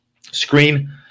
screen